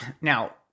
Now